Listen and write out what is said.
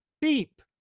beep